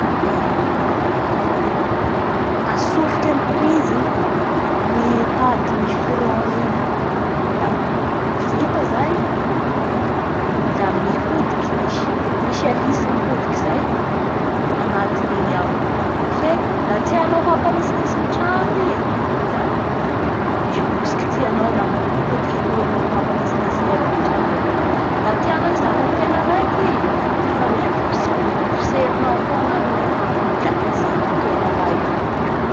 Eee! Atsofoky amin'ny prise gny tady misy courant an'igny la vita zay la mihodiky mis-misy alice mihodiky zay anatin'igny ao fa laha tianao hamanintsinintsy ny trango i la misy bokotsy kitianaoa a mihodikodiky i lohany igny mampanitsinitsy ny eraky trango igny, la tianao hijano amin'ny toera raiky i lafa misy bokitsy pot- potserinao ko agnaminy eo la mijano amin'ny tera raiky i.